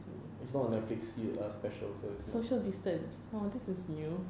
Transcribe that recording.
it's not a netflix special so err